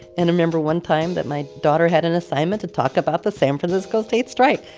and i remember one time that my daughter had an assignment to talk about the san francisco state strike.